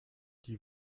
die